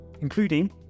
including